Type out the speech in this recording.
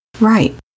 Right